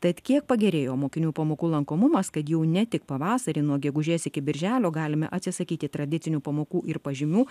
tad kiek pagerėjo mokinių pamokų lankomumas kad jau ne tik pavasarį nuo gegužės iki birželio galime atsisakyti tradicinių pamokų ir pažymių